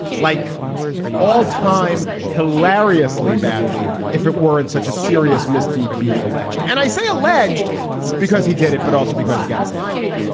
like all time, hilariously badly. if it weren't such a serious misdeed being alleged and i say alleged because he did it, but also because you've got to say alleged.